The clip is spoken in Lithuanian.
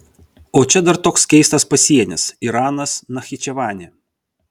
o čia dar toks keistas pasienis iranas nachičevanė